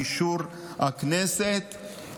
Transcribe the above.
באישור הכנסת,